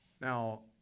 Now